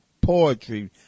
poetry